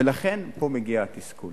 ולכן, פה מגיע התסכול.